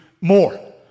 more